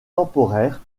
temporaires